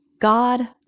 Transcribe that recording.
God